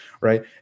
Right